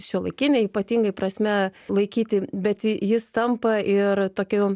šiuolaikine ypatingai prasme laikyti bet jis tampa ir tokiu